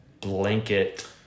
blanket